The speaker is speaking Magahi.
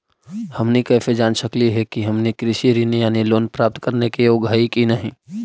हमनी कैसे जांच सकली हे कि हमनी कृषि ऋण यानी लोन प्राप्त करने के योग्य हई कि नहीं?